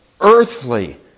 earthly